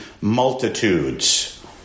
multitudes